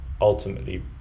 ultimately